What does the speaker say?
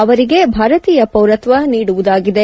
ಅವರಿಗೆ ಭಾರತೀಯ ಪೌರತ್ನ ನೀಡುವುದಾಗಿದೆ